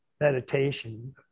meditation